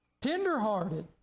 Tenderhearted